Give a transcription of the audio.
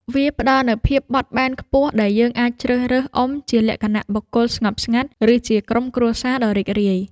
វាផ្ដល់នូវភាពបត់បែនខ្ពស់ ដែលយើងអាចជ្រើសរើសអុំជាលក្ខណៈបុគ្គលស្ងប់ស្ងាត់ ឬជាក្រុមគ្រួសារដ៏រីករាយ។